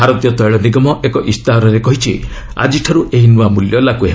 ଭାରତୀୟ ତୈଳ ନିଗମ ଏକ ଇସ୍ତାହାରରେ କହିଛି ଆଜିଠାର୍ତ ଏହି ନୂଆ ମଲ୍ୟ ଲାଗୁ ହେବ